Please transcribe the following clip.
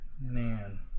man